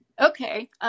Okay